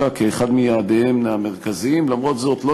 אני בטוח,